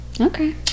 Okay